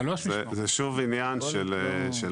זה עניין של